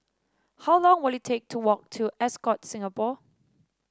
how long will it take to walk to Ascott Singapore